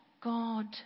God